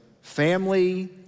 family